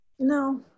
No